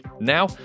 Now